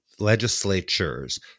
legislatures